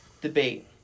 debate